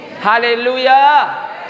hallelujah